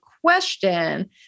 question